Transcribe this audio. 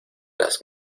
las